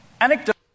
Anecdote